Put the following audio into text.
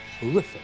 horrific